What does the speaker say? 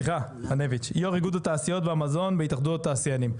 יו"ר איגוד התעשיות והמזון בהתאחדות התעשיינים,